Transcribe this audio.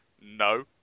no